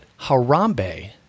Harambe